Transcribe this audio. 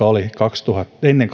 oli ennen